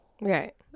Right